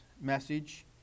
message